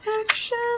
action